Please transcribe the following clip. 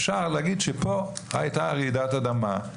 אפשר להגיד שפה הייתה רעידת אדמה.